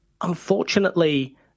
unfortunately